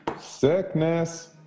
Sickness